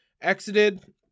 exited